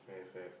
have have